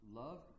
love